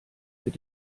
mit